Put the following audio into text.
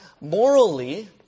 Morally